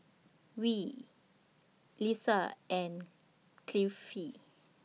Dwi Lisa and Kifli